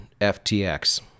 FTX